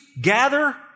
gather